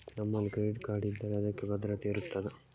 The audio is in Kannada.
ನಮ್ಮಲ್ಲಿ ಕ್ರೆಡಿಟ್ ಕಾರ್ಡ್ ಇದ್ದರೆ ಅದಕ್ಕೆ ಭದ್ರತೆ ಇರುತ್ತದಾ?